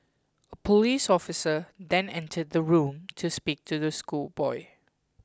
a police officer then entered the room to speak to the schoolboy